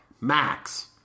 max